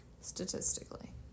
Statistically